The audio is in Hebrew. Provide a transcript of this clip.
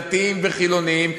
דתיים וחילונים,